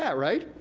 yeah right?